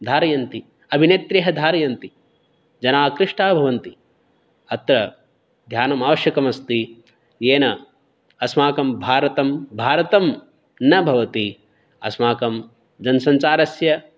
धारयन्ति अभिनेत्र्यः धारयन्ति जनाः आकृष्टाः भवन्ति अत्र ध्यानमावश्यकं अस्ति येन अस्माकं भारतं भारतं न भवति अस्माकं जनसञ्चारस्य